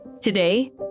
Today